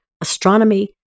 astronomy